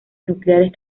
nucleares